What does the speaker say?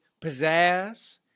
pizzazz